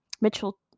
Mitchell